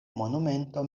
monumento